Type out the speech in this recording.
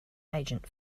agent